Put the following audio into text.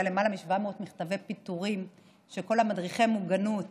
למעלה מ-700 מכתבי פיטורים של כל מדריכי המוגנות